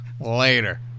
Later